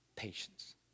patience